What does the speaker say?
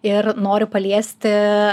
ir noriu paliesti